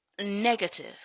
negative